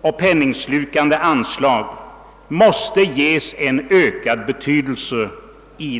och penningslukande anslag, ges en ökad betydelse.